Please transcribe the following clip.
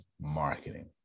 marketing